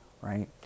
right